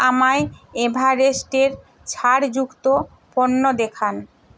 আমায় এভারেস্টের ছাড় যুক্ত পণ্য দেখান